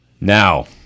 Now